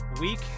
week